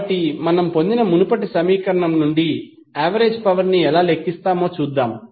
కాబట్టి మనం పొందిన మునుపటి సమీకరణం నుండి యావరేజ్ పవర్ ని ఎలా లెక్కిస్తామో చూద్దాం